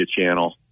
channel